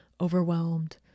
overwhelmed